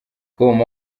com